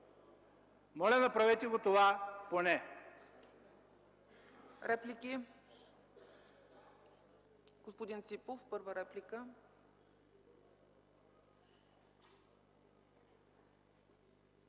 Моля направете това поне.